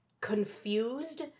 confused